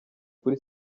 kuri